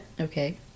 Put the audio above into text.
Okay